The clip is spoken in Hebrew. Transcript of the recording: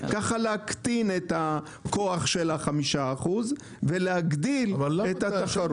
ככה להקטין את הכוח של ה- 5% ולהגדיל את התחרות?